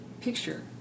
picture